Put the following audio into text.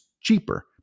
cheaper